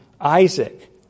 Isaac